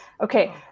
okay